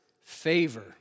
favor